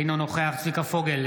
אינו נוכח צביקה פוגל,